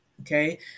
Okay